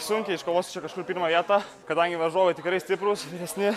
sunkiai iškovosiu čia kažkur pirmą vietą kadangi varžovai tikrai stiprūs vyresni